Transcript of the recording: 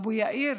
אבו יאיר,